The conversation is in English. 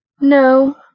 No